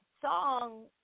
song